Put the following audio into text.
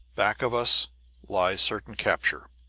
back of us lies certain capture.